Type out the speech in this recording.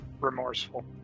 remorseful